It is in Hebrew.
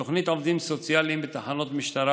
תוכנית עובדים סוציאליים בתחנות משטרה,